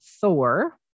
thor